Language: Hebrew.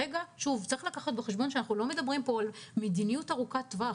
צריך לקחת בחשבון שאנחנו לא מדברים פה על מדיניות ארוכת טווח.